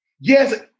yes